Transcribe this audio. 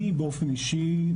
אני באופן אישי,